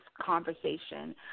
conversation